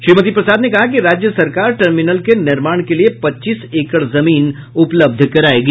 श्रीमती प्रसाद ने कहा कि राज्य सरकार टर्मिनल के निर्माण के लिए पच्चीस एकड़ जमीन उपलब्ध करायेगी